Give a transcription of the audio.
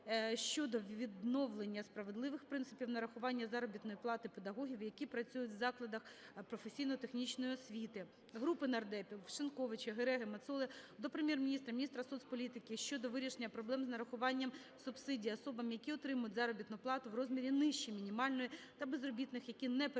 щодо відновлення справедливих принципів нарахування заробітної плати педагогів, які працюють в закладах професійно-технічної освіти. Групи нардепів (Шиньковича, Гереги, Мацоли) до Прем'єр-міністра, міністра соцполітики щодо вирішення проблем з нарахуванням субсидій особам, які отримують заробітну плату в розмірі нижче мінімальної, та безробітних, які не перебувають